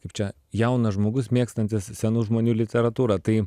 kaip čia jaunas žmogus mėgstantis senų žmonių literatūrą tai